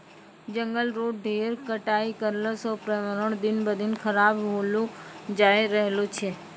जंगल रो ढेर कटाई करला सॅ पर्यावरण दिन ब दिन खराब होलो जाय रहलो छै